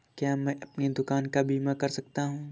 क्या मैं अपनी दुकान का बीमा कर सकता हूँ?